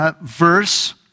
verse